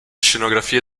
scenografie